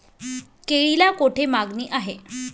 केळीला कोठे मागणी आहे?